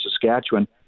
Saskatchewan